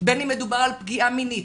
בין אם מדובר על פגיעה מינית,